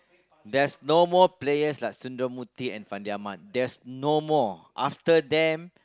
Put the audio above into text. there's no more players like and Fandi-Ahmad there's no more after them